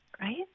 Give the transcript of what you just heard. right